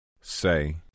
Say